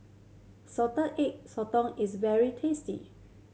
Salted Egg Sotong is very tasty